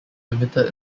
limited